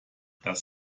das